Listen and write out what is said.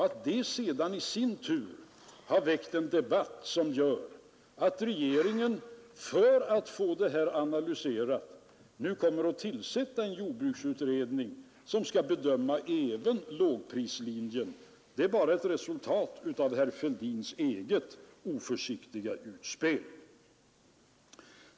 Att det sedan i sin tur har väckt en debatt som gör att regeringen, för att få det här analyserat, nu kommer att tillsätta en jordbruksutredning som skall bedöma även lågprislinjen är bara ett resultat av herr Fälldins eget oförsiktiga utspel.